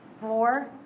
Four